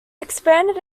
expanded